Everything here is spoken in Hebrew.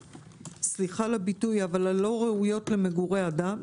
סליחה על הביטוי שלא ראויות למגורי אדם,